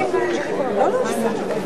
חוק איסור הפליה במוצרים,